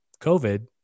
COVID